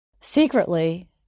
Secretly